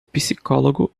psicólogo